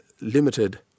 limited